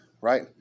right